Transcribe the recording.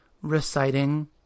reciting